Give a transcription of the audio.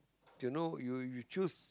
till know you you choose